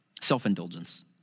self-indulgence